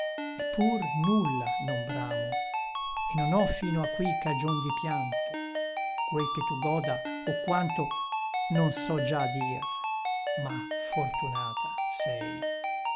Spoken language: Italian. e pur nulla non bramo e non ho fino a qui cagion di pianto quel che tu goda o quanto non so già dir ma fortunata sei